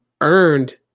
earned